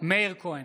בהצבעה מאיר כהן,